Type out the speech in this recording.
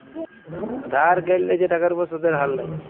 ধার ক্যইরলে যে টাকার উপর সুদের হার লায়